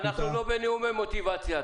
אנחנו לא בנאומי מוטיבציה.